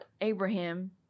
Abraham